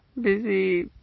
busy